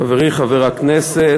חברי חבר הכנסת